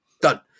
done